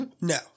no